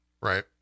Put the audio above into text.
right